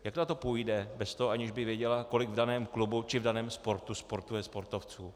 Jak na to půjde bez toho, aniž by věděla, kolik v daném klubu či v daném sportu sportuje sportovců?